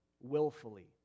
willfully